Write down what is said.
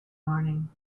morning